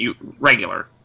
regular